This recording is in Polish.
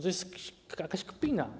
To jest jakaś kpina.